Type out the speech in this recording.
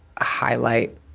highlight